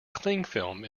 clingfilm